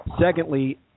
secondly